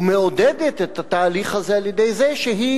ומעודדת את התהליך הזה על-ידי זה שהיא